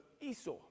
Esau